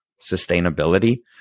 sustainability